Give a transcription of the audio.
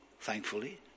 thankfully